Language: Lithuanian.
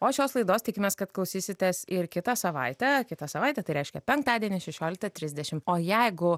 o šios laidos tikimės kad klausysitės ir kitą savaitę kitą savaitę tai reiškia penktadienį šešioliktą trisdešimt o jeigu